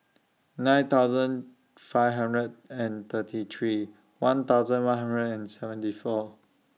nine thousand five hundred and thirty three one thousand one hundred and seventy four